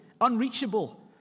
unreachable